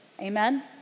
Amen